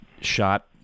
shot